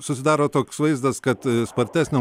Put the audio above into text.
susidaro toks vaizdas kad spartesnio